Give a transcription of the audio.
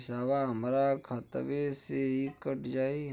पेसावा हमरा खतवे से ही कट जाई?